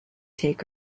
take